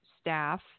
staff